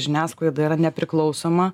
žiniasklaida yra nepriklausoma